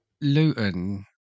Luton